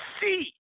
see